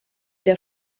der